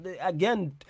Again